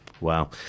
Wow